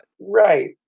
Right